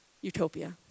utopia